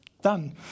done